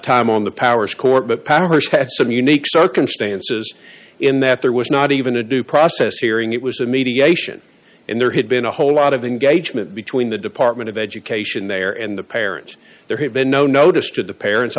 time on the powers court but paris has some unique circumstances in that there was not even a due process hearing it was a mediation and there had been a whole lot of engagement between the department of education their the parents there had been no notice to the parents